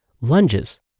lunges